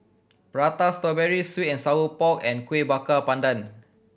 Prata Strawberry sweet and sour pork and Kueh Bakar Pandan